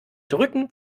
drücken